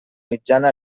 mitjana